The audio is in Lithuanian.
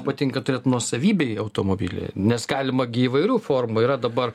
patinka turėti nuosavybėj automobilį nes galima gi įvairių formų yra dabar